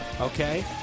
Okay